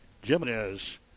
Jimenez